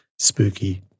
Spooky